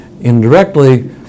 indirectly